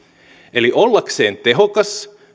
eli ollakseen tehokas